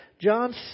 John